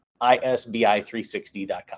ISBI360.com